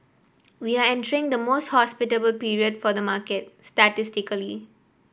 we are entering the most hospitable period for the market statistically